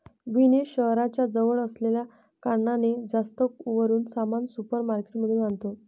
विनीत शहराच्या जवळ असल्या कारणाने, जास्त करून सामान सुपर मार्केट मधून आणतो